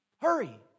Hurry